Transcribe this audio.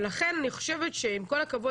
לכן אני חושבת שעם כל הכבוד,